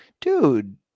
dude